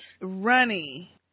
Runny